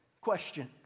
Question